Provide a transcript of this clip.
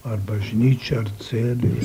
ar bažnyčioj ar celėje